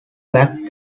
back